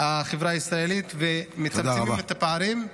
החברה הישראלית ומצמצמים את הפערים,